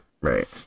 right